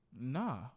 Nah